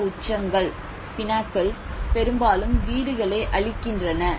இந்த உச்சங்கள் பெரும்பாலும் வீடுகளை அழிக்கின்றன